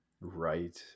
Right